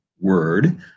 word